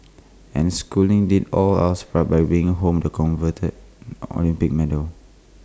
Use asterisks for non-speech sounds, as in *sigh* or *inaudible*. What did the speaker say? and schooling did all of us proud by bringing home the coveted *noise* Olympic medal